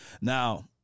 Now